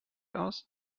aus